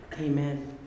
Amen